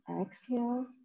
exhale